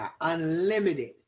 Unlimited